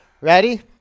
Ready